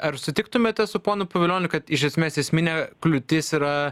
ar sutiktumėte su ponu pavilioniu kad iš esmės esminė kliūtis yra